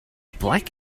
black